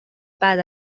بعد